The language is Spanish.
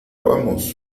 vamos